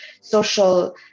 social